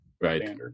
Right